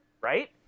right